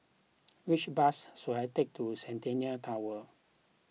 which bus should I take to Centennial Tower